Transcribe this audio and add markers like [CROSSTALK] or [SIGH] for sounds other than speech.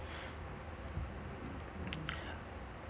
[BREATH] [NOISE]